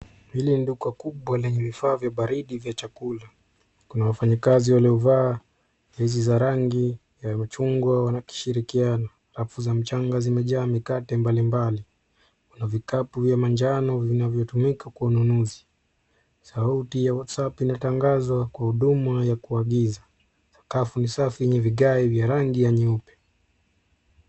Hili ni duka kubwa lenye vifaa vya baridi vya chakula. Kuna wafanyakazi waliovaa jezi za rangi ya machungwa wakishirikiana. Rafu za mchanga zimejaa mikate mbalimbali. Kuna vikapu vya manjano vinavyotumika kwa ununuzi. Sauti ya WhatsApp inatangaza kwa huduma ya kuagiza. Sakafu ni safi yenye vigae vya rangi ya nyeupe.